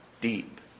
Deep